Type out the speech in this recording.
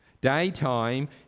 daytime